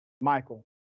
Michael